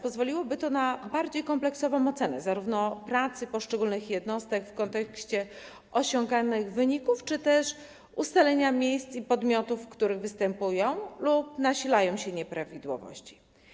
Pozwoliłoby to na bardziej kompleksową ocenę pracy poszczególnych jednostek w kontekście osiąganych wyników czy na ustalenie miejsc i podmiotów, w których występują lub nasilają się nieprawidłowości.